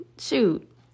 shoot